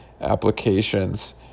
applications